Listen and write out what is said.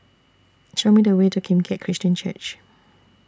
Show Me The Way to Kim Keat Christian Church